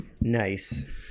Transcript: nice